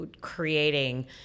creating